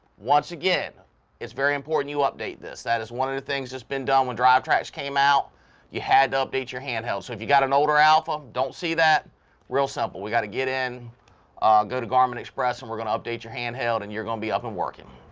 once again it's very important you update this that is one of the things that's been done when drivetracks came out you had to update your handheld. so if you got an older alpha don't see that real simple we got to get in go to garmin express and we're going to update your handheld and you're gonna be up and working.